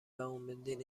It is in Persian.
واومدین